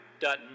Dutton